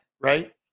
Right